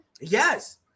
Yes